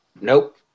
Nope